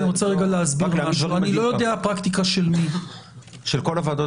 אני רוצה להסביר אני לא יודע פרקטיקה של מי --- של כל הוועדות